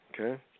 Okay